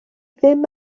ddim